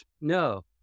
No